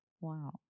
Wow